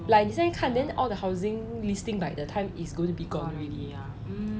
like 你现在看 then all the housing listing by the time is going to be gone already